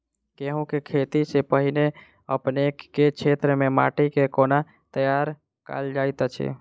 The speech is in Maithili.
गेंहूँ केँ खेती सँ पहिने अपनेक केँ क्षेत्र मे माटि केँ कोना तैयार काल जाइत अछि?